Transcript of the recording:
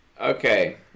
okay